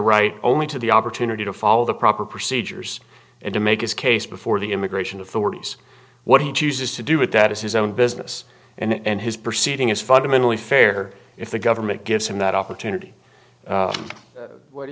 right only to the opportunity to follow the proper procedures and to make his case before the immigration authorities what he chooses to do with that is his own business and his proceeding is fundamentally fair if the government gives him that opportunity what do